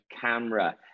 camera